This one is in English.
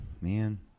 man